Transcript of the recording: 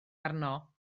arno